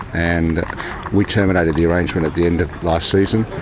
and we terminated the arrangement at the end of last season.